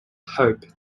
hope